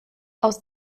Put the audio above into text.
aus